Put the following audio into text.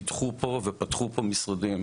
פיתחו פה ופתחו פה משרדים,